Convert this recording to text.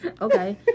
Okay